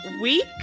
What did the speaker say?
week